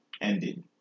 ended